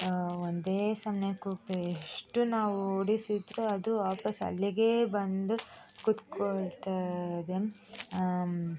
ಒಂದೇ ಸಮನೆ ಕೂಗ್ತವೆ ಎಷ್ಟು ನಾವು ಓಡಿಸಿದರೂ ಅದು ವಾಪಾಸ್ ಅಲ್ಲಿಗೇ ಬಂದು ಕುತ್ಕೊಳ್ತದೆ